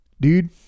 dude